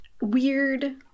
weird